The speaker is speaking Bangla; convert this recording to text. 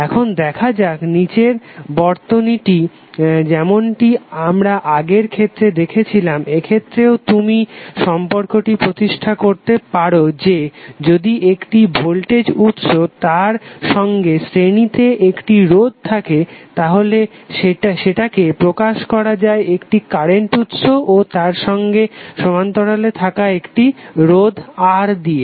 এখন দেখা যাক নিচের বর্তনীটি যেমনটি আমরা আগের ক্ষেত্রে দেখেছিলাম এক্ষেত্রেও তুমি সম্পর্কটি প্রতিষ্ঠা করতে পারো যে যদি একটি ভোল্টেজ উৎস তার সনে শ্রেণীতে একটি রোধ থাকে তাহলে সেটাকে প্রকাশ করা যায় একটি কারেন্ট উৎস ও তারসঙ্গে সমান্তরালে থাকা একটি রোধ R দিয়ে